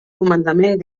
comandament